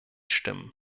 stimmen